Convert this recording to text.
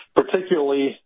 particularly